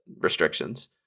restrictions